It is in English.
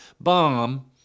bomb